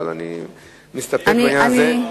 אבל אני מסתפק בעניין הזה.